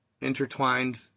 intertwined